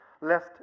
lest